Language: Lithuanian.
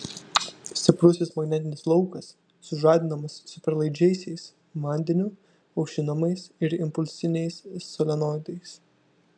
stiprusis magnetinis laukas sužadinamas superlaidžiaisiais vandeniu aušinamais ir impulsiniais solenoidais